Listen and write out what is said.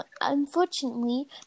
unfortunately